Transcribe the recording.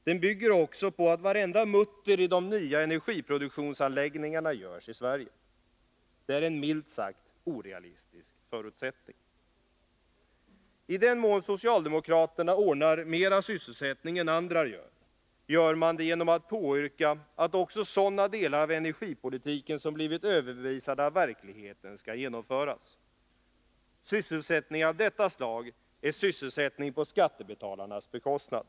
Den bygger också på att varenda mutter i de nya energiproduktionsanläggningarna görs i Sverige. Det är en milt sagt orealistisk förutsättning. I den mån socialdemokraterna ordnar mera sysselsättning än andra, gör man det genom att påyrka att också sådana delar av energipolitiken som blivit överbevisade av verkligheten skall genomföras. Sysselsättning av detta slag är sysselsättning på skattebetalarnas bekostnad.